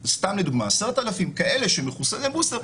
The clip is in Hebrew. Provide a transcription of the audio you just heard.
ו-10,000 כאלה שהם מחוסני בוסטר,